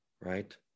Right